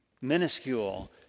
minuscule